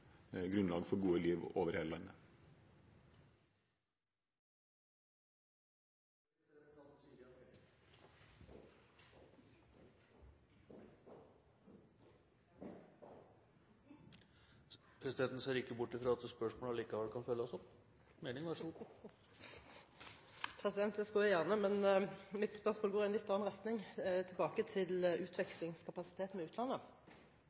grunnlag for gode liv over hele landet. Siste replikk går da til representanten Siri A. Meling, og presidenten ser ikke bort fra at spørsmålet kan følges opp. Det skulle jeg gjerne ha gjort, men mitt spørsmål går i en litt annen retning – tilbake til utvekslingskapasiteten med utlandet.